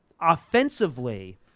Offensively